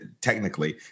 technically